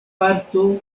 parto